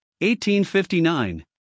1859